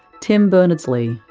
tim berners-lee,